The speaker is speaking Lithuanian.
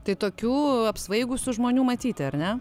tai tokių apsvaigusių žmonių matyti ar ne